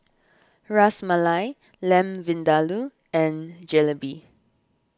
Ras Malai Lamb Vindaloo and Jalebi